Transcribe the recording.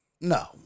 no